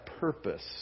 purpose